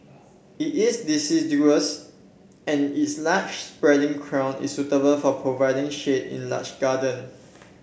it is deciduous and its large spreading crown is suitable for providing shade in large garden